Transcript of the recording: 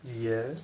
Yes